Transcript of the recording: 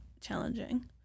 challenging